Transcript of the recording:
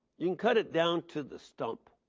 you can cut it down to the stump,